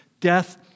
death